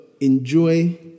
enjoy